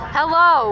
Hello